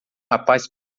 rapaz